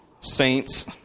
saints